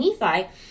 Nephi